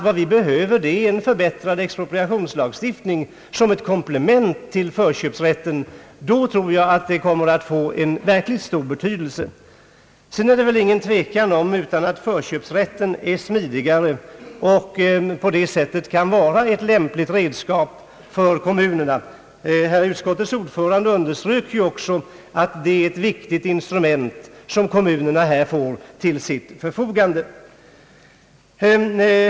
Vad vi behöver är en förbättrad expropriationslagstiftning såsom ett komplement till förköpsrätten. Då tror jag att förköpsrätten skulle få en verkligt stor betydelse. Sedan råder det väl ingen tvekan om att: förköpsrätten är smidigare och därigenom kan vara ett lämpligt redskap för kommunerna, Utskottets ordförande underströk också att dei är ett viktigt instrument som kommunerna här får till sitt förfogande.